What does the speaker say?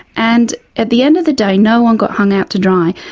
and at the end of the day no-one got hung out to dry,